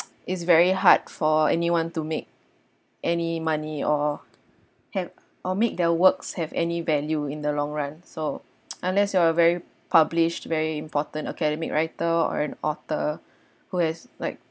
is very hard for anyone to make any money or ha~ or make their works have any value in the long run so unless you are a very published very important academic writer and author who has like